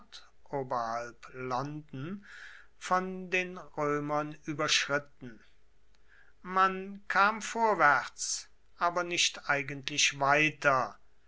london von den römern überschritten man kam vorwärts aber nicht eigentlich weiter